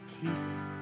people